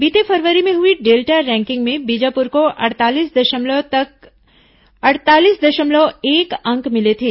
बीते फरवरी में हुई डेल्टा रैंकिंग में बीजापुर को अड़तालीस दशमलव एक अंक मिले थे